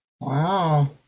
Wow